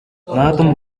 наадам